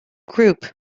group